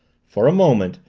for a moment,